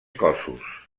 cossos